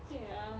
ya